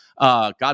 God